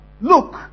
look